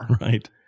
Right